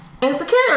Insecure